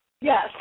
Yes